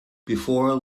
before